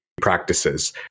practices